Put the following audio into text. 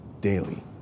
daily